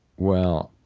well,